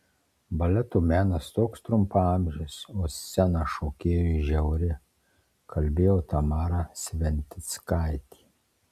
baleto menas toks trumpaamžis o scena šokėjui žiauri kalbėjo tamara sventickaitė